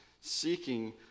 seeking